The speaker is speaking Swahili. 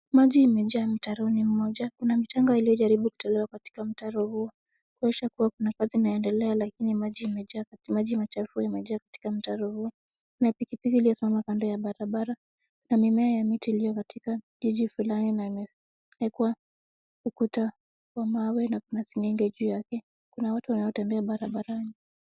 Maji imejaa mtaroni moja, kuna mchanga iliyojaribu kutolewa katika mtaro huo kuonyesha ya kuwa kuna kazi inaendelea lakini maji machafu imejaa katika mtaro huo. Kuna pikipiki iliyosimama kando ya barabara, na mimea ya miti iliyo katika jiji fulani na imewekwa ukuta wa mawe na kuna seng'enge juu yake. Kuna watu wanaotembea barabarani.